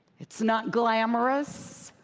it's not glamorous.